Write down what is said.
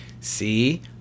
See